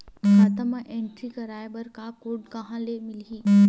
खाता म एंट्री कराय बर बार कोड कहां ले मिलही?